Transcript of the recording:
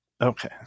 Okay